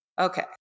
Okay